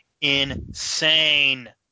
insane